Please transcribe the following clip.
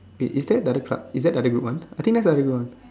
is is that other the club is that another group one I think that's the other group one